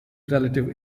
relative